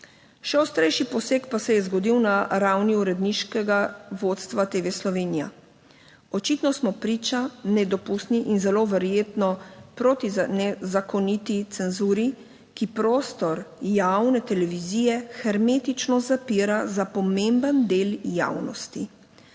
Še ostrejši poseg pa se je zgodil na ravni uredniškega vodstva TV Slovenija. Očitno smo priča nedopustni in zelo verjetno proti nezakoniti cenzuri, ki prostor javne televizije hermetično zapira za pomemben del javnosti.